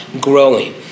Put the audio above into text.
growing